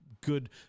good